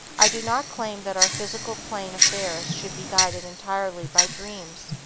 i do not claim that our physical plane affairs should be guided entirely by dreams,